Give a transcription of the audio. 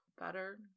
better